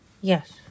Yes